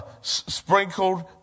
sprinkled